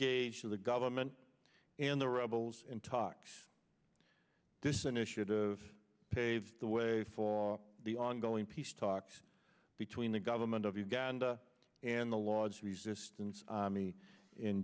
engage the government and the rebels in talks this initiative paved the way for the ongoing peace talks between the government of uganda and the laws resistance army in